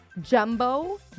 jumbo